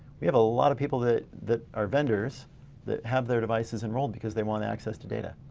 we have a lot of people that that are vendors that have their devices enrolled because they want access to data.